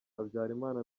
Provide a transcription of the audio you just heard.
habyarimana